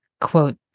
quote